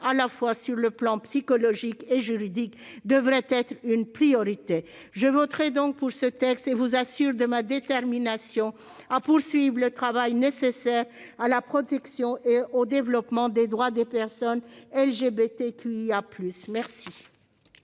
à la fois psychologique et juridique devrait être une priorité. Je voterai donc pour ce texte et je vous assure de ma détermination à poursuivre le travail nécessaire à la protection et au développement des droits des personnes LGBTQIA+.